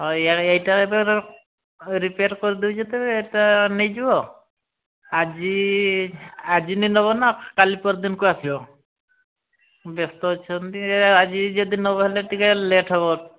ହଁ ୟା ଏଇଟା ଏବେର ରିପେୟାର୍ କରିଦେଉଛି ଯେତେବେଳେ ଏଇଟା ନେଇଯିବ ଆଜି ଆଜି ନି ନେବନା କାଲି ପରଦିନକୁ ଆସିବ ବ୍ୟସ୍ତ ଅଛନ୍ତି ଆଜି ଯଦି ନେବ ହେଲେ ଟିକେ ଲେଟ୍ ହେବ